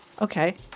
Okay